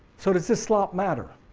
so does this slop matter?